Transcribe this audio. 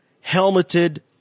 helmeted